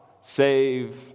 save